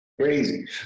crazy